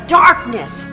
darkness